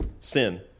sin